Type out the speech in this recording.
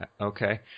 Okay